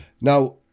Now